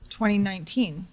2019